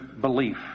belief